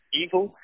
evil